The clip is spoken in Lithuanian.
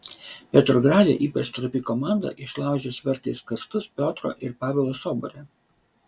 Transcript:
petrograde ypač stropi komanda išlaužė svertais karstus piotro ir pavelo sobore